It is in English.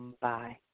Bye